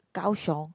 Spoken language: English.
Gao-Xiong